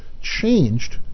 changed